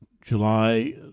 July